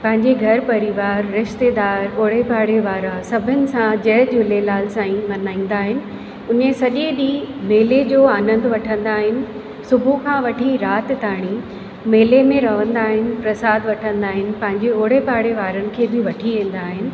पंहिंजे घर परिवार रिश्तेदार ओड़े पाड़े वारा सभिनि सां जय झूलेलाल साईं मल्हाईंदा आहिनि उन ई सॼे ॾींहुं मेले जो आनंदु वठंदा आहिनि सुबुह खां वठी राति ताईं मेले में रहंदा आहिनि प्रसाद वठंदा आहिनि पंहिंजे ओड़े पाड़े वारनि खे बि वठी ईंदा आहिनि